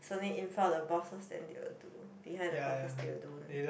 it's only in front of the bosses then they will do behind the bosses they don't